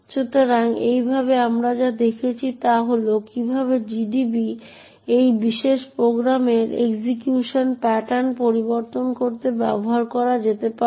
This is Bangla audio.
সুতরাং এইভাবে আমরা যা দেখেছি তা হল কিভাবে GDB এই বিশেষ প্রোগ্রামের এক্সিকিউশন প্যাটার্ন পরিবর্তন করতে ব্যবহার করা যেতে পারে